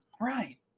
Right